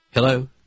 hello